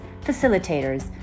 facilitators